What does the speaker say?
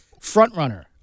frontrunner